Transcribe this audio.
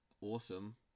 awesome